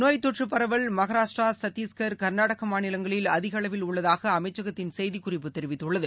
நோய்த்தொற்று பரவல் மகாராஷ்டிரா சத்தீஷ்கர் கர்நாடக மாநிலங்களில் அதிக அளவில் உள்ளதாக அமைச்சகத்தின் செய்திக்குறிப்பு தெரிவித்துள்ளது